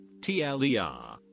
T-L-E-R